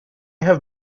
have